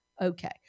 Okay